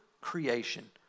creation